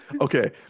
Okay